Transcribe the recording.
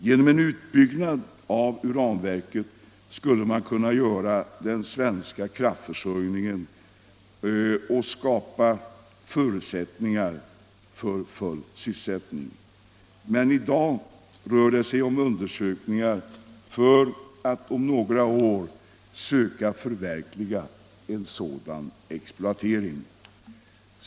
Genom en utbyggnad av uranverket skulle man kunna bidra till den svenska kraftförsörjningen och skapa förutsättningar för full sysselsättning. Men i dag rör det sig om undersökningar för att om några år söka förverkliga en sådan exploatering.